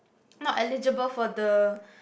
not eligible for the